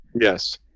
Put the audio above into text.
Yes